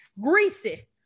greasy